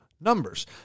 numbers